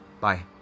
Bye